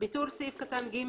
" סעיף קטן (ג)